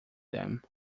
them